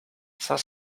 cinq